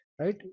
Right